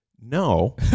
No